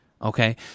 Okay